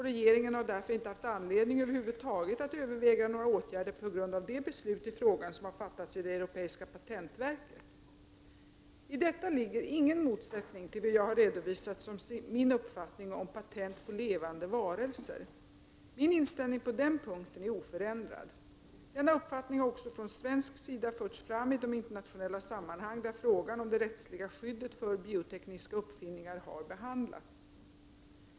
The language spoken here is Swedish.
Regeringen har därför inte haft anledning över huvud taget att överväga några åtgärder på grund av det beslut i frågan som har fattats i det europeiska patentverket. I detta ligger ingen motsättning till vad jag har redovisat som min uppfattning om patent på levande varelser. Min inställning på den punkten är oförändrad. Denna uppfattning har också från svensk sida förts fram i de internationella sammanhang där frågan om det rättsliga skyddet för biotekniska uppfinningar har behandlats.